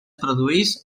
produeix